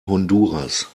honduras